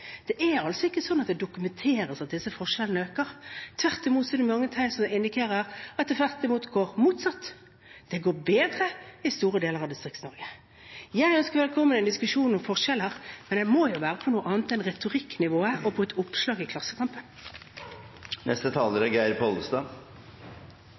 Det er altså ikke sånn at det dokumenteres at disse forskjellene øker. Tvert imot er det mange tegn som indikerer at det er motsatt – det går bedre i store deler av Distrikts-Norge. Jeg ønsker velkommen en diskusjon om forskjeller, men det må være på noe annet enn retorikknivået og et oppslag i Klassekampen.